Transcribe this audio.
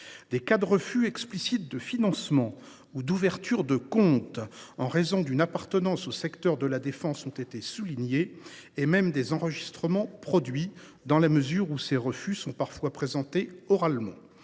Des cas de refus explicites de financement ou d’ouverture de compte en raison d’une appartenance au secteur de la défense ont été signalés, et même des enregistrements produits, dans la mesure où ces refus sont parfois présentés oralement.